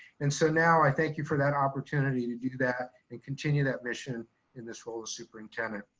and so now i thank you for that opportunity to do that and continue that mission in this role as superintendent.